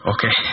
Okay